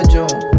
June